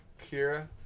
Kira